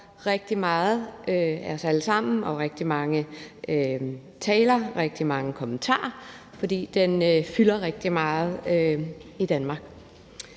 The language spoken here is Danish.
rigtig meget af os alle sammen, og der er rigtig mange taler og rigtig mange kommentarer, fordi den fylder rigtig meget i Danmark.